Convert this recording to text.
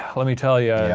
let me tell you,